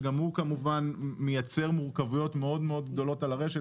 שגם הוא כמובן מייצר מורכבויות מאוד גדולות על הרשת.